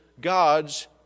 God's